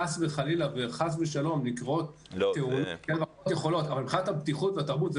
חס וחלילה וחס ושלום לקרות תאונות --- אבל מבחינת הבטיחות והתרבות,